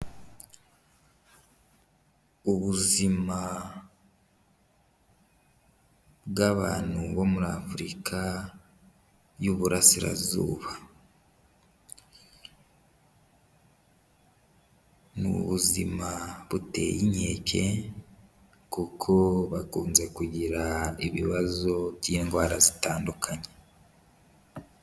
Ubuzima bw'abantu bo muri Afurika y'Uburasirazuba ni ubuzima buteye inkeke kuko bakunze kugira ibibazo by'indwara zitandukanye.